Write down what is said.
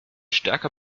stärker